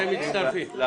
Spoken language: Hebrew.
אתם מצטרפים.